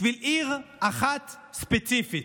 בשביל עיר אחת ספציפית.